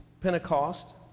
Pentecost